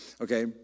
okay